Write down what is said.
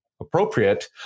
appropriate